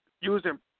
using